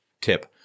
tip